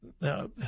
Now